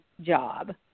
job